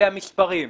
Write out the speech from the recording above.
אלה המספרים.